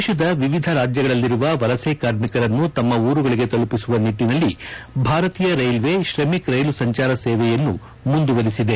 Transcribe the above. ದೇಶದ ಎಎಧ ರಾಜ್ಯಗಳಲ್ಲಿರುವ ವಲಸೆ ಕಾರ್ಮಿಕರನ್ನು ತಮ್ಮ ಊರುಗಳಿಗೆ ತಲುಪಿಸುವ ನಿಟ್ಟನಲ್ಲಿ ಭಾರತೀಯ ರೈಲ್ವೆ ಶ್ರಮಿಕ್ ರೈಲು ಸಂಚಾರ ಸೇವೆಯನ್ನು ಮುಂದುವರಿಸಿದೆ